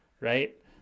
right